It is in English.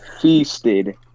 feasted